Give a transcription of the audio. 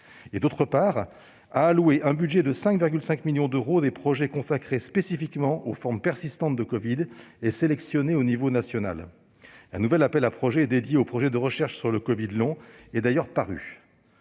a, d'autre part, alloué un budget de 5,5 millions d'euros à des projets consacrés spécifiquement aux formes persistantes de covid et sélectionnés au niveau national. Un nouvel appel à projets, dédié à la recherche sur le covid long, est d'ailleurs paru.